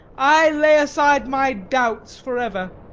i lay aside my doubts for ever!